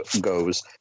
goes